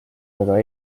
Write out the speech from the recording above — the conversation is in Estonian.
väga